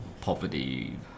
poverty